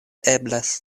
eblas